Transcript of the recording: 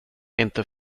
inte